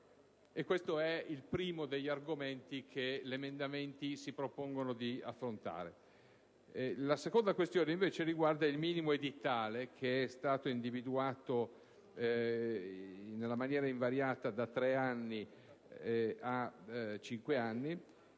Questo è il primo degli argomenti che gli emendamenti si propongono di affrontare. La seconda questione, invece, riguarda il minimo edittale, che è stato individuato nella maniera invariata da tre a cinque anni,